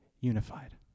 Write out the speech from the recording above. unified